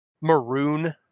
maroon